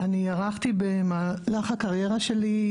אני בסוף אציג לכם את המספרים,